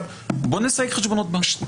בוא נסייג חשבונות בנק.